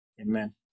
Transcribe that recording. Amen